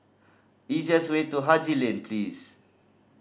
easiest way to Haji Lane please